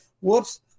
whoops